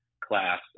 class